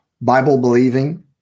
Bible-believing